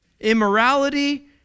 immorality